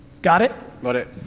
got it? got it.